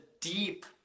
deep